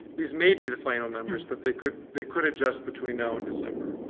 these may be the final numbers but they could they could adjust between now and december.